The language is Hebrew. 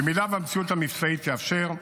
אם המציאות המבצעית תאפשר,